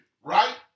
right